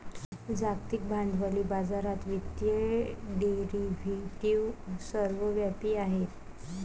जागतिक भांडवली बाजारात वित्तीय डेरिव्हेटिव्ह सर्वव्यापी आहेत